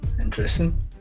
Interesting